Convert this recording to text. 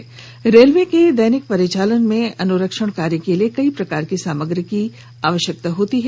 ज्ञात हो कि रेलवे के दैनिक परिचालन में अनुरक्षण के कार्य के लिए कई प्रकार की सामग्री की आवश्यकता होती है